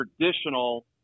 traditional